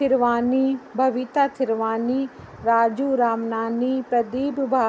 थिरवानी भविता थिरवानी राजू रामनानी प्रदीप बा